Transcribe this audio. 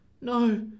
No